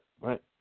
right